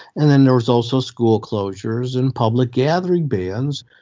and then there was also school closures and public gathering bans.